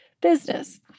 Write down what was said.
business